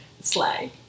Slag